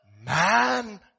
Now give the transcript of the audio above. man